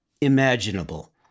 imaginable